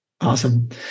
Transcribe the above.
Awesome